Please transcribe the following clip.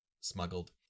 smuggled